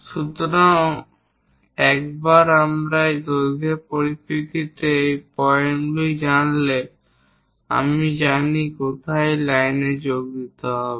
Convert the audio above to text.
সুতরাং একবার আমরা দৈর্ঘ্যের পরিপ্রেক্ষিতে এই পয়েন্টগুলি জানলে আমরা জানি কোথায় এই লাইনে যোগ দিতে হবে